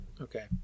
Okay